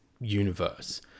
universe